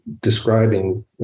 describing